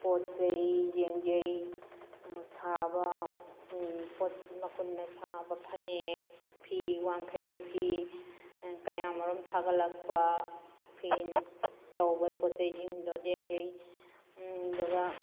ꯄꯣꯠꯆꯩ ꯌꯦꯡꯖꯩ ꯁꯥꯕ ꯃꯈꯨꯠꯅ ꯁꯥꯕ ꯐꯅꯦꯛ ꯐꯤ ꯋꯥꯡꯈꯩ ꯐꯤ ꯀꯌꯥꯃꯔꯨꯝ ꯊꯥꯒꯠꯂꯛꯄ ꯐꯤꯅ ꯇꯧꯕ ꯄꯣꯠꯆꯩꯁꯤꯡꯗꯣ ꯌꯦꯡꯖꯩ ꯑꯗꯨꯒ